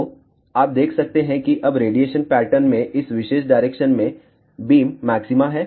तो आप देख सकते हैं कि अब रेडिएशन पैटर्न में इस विशेष डायरेक्शन में बीम मैक्सिमा है